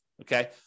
okay